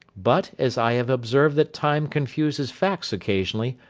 but, as i have observed that time confuses facts occasionally,